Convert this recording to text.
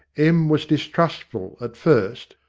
em was distrustful at first,